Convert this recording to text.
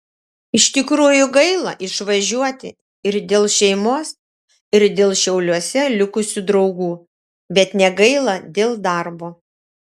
iš tikrųjų gaila išvažiuoti ir dėl šeimos ir dėl šiauliuose likusių draugų bet negaila dėl darbo